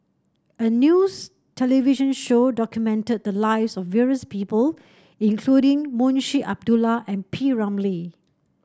a news television show documented the lives of various people including Munshi Abdullah and P Ramlee